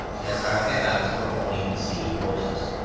as our haddocks were only sea-horses.